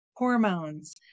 Hormones